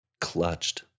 clutched